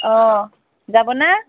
অঁ যাবনে